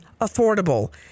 affordable